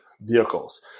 vehicles